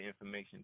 information